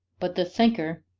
but the thinker,